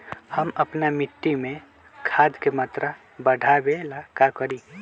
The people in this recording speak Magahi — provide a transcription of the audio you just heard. हम अपना मिट्टी में खाद के मात्रा बढ़ा वे ला का करी?